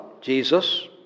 Jesus